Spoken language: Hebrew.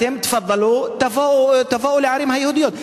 אתם, תפאדלו, תבואו לערים היהודיות.